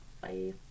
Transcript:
Bye